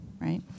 right